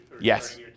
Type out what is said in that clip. Yes